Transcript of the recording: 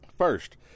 First